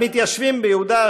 המתיישבים ביהודה,